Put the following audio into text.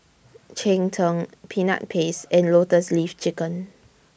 Cheng Tng Peanut Paste and Lotus Leaf Chicken